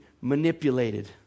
manipulated